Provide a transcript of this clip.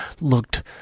looked